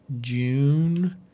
June